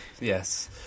yes